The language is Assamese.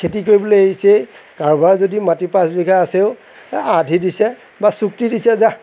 খেতি কৰিবলৈ এৰিছে কাৰোবাৰ যদি মাটি পাঁচবিঘা আছেও আধি দিছে বা চুক্তি দিছে যাহ